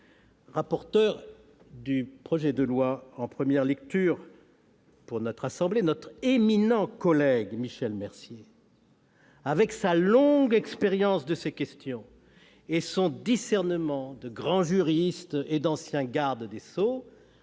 Rapporteur du projet de loi en première lecture, notre éminent collègue Michel Mercier, avec sa longue expérience de ces questions et son discernement de grand juriste et d'ancien garde des sceaux,